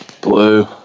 Blue